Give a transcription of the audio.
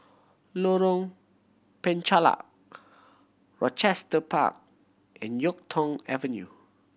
Lorong Penchalak Rochester Park and Yuk Tong Avenue